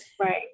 Right